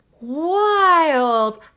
wild